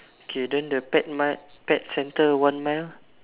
okay then the pet mile pet centre one mile